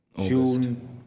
June